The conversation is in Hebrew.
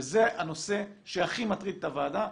וזה הנושא שהכי מטריד את הוועדה.